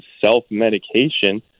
self-medication